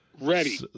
Ready